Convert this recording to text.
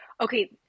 Okay